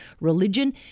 religion